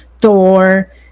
Thor